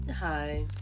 hi